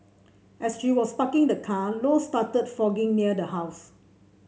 as she was parking the car Low started fogging near the house